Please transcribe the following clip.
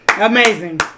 amazing